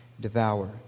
devour